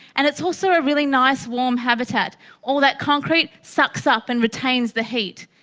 and it's also a really nice, warm habitat all that concrete sucks up and retains the heat.